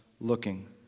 looking